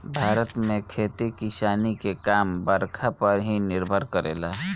भारत में खेती किसानी के काम बरखा पर ही निर्भर करेला